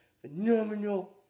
phenomenal